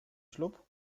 ślub